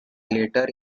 later